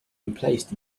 emplaced